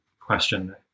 question